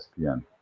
ESPN